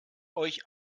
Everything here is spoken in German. euch